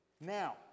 Now